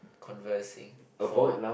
conversing for